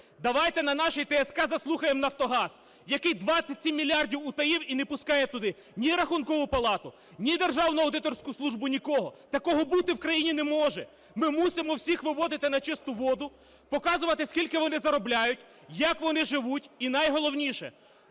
давайте на нашій ТСК заслухаємо "Нафтогаз", який 27 мільярдів утаїв, і не пускає туди ні Рахункову палату, ні Державну аудиторську службу, нікого. Такого бути в країні не може, ми мусимо всіх виводити на чисту воду, показувати скільки вони заробляють, як вони живуть. І найголовніше –